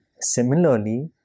Similarly